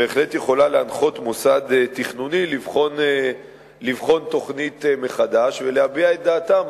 בהחלט יכולה להנחות מוסד תכנוני לבחון תוכנית מחדש ולהביע את דעתה,